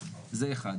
זה אחד.